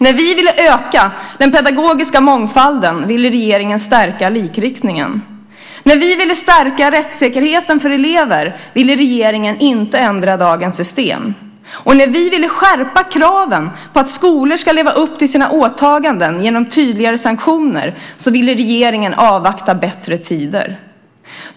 När vi ville öka den pedagogiska mångfalden ville regeringen stärka likriktningen. När vi ville stärka rättssäkerheten för elever ville regeringen inte ändra dagens system. När vi ville skärpa kraven på att skolor ska leva upp till sina åtaganden genom tydligare sanktioner ville regeringen avvakta bättre tider.